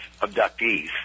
abductees